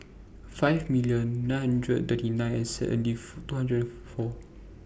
five million nine hundred thirty nine and seven and two hundred four